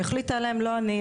שהחליטה עליהם לא אני,